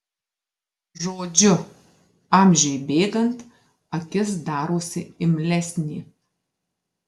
žodžiu amžiui bėgant akis darosi imlesnė